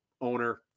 owner